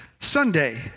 Sunday